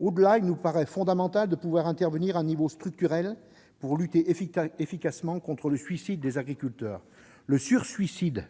Au-delà, il nous paraît fondamental de pouvoir intervenir à un niveau structurel pour lutter efficacement contre le suicide des agriculteurs. Le « sursuicide »